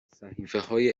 صحیفههای